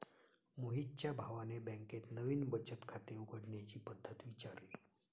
मोहितच्या भावाने बँकेत नवीन बचत खाते उघडण्याची पद्धत विचारली